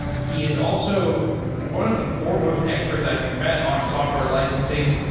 he is also one of the foremost experts i've met on software licensing.